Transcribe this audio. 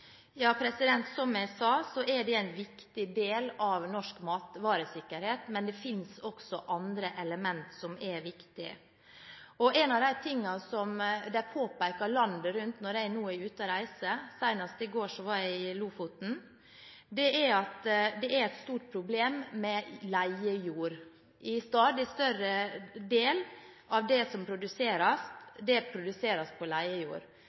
Som jeg sa, er dette en viktig del av norsk matvaresikkerhet, men det finnes også andre elementer som er viktig. En av de tingene som påpekes rundt om i landet når jeg er ute og reiser – senest i går var jeg i Lofoten – er at det er et stort problem med leiejord. En stadig større del av det som produseres, produseres på leiejord.